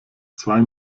zwei